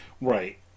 Right